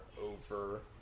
over